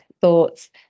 thoughts